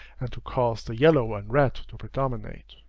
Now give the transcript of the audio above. and to cause the yellow and red to predominate.